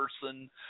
person